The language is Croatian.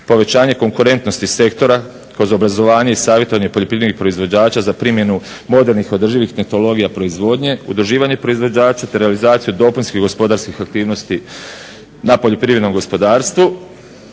povećanje konkurentnosti sektora kroz obrazovanje i savjetovanje poljoprivrednih proizvođača za primjenu modernih održivih tehnologija proizvodnje, udruživanje proizvođača, te realizaciju dopunskih gospodarskih aktivnosti na poljoprivrednom gospodarstvu,